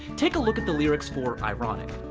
take a look at the lyrics for ironic.